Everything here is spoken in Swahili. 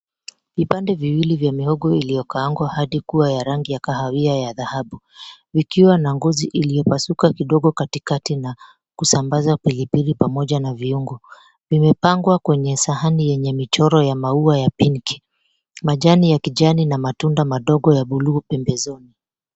Vipande viwili vya mihogo iliyokaangwa hadi kuwa ya rangi ya kahawia ya dhahabu vikiwa na ngozi iliyopasuka kidogo katikati na kusambaza pilipili pamoja na viungo, vimepangwa kwenye sahani yenye michoro ya maua ya pinki majani ya kijani na matunda madogo ya buluu pembezoni.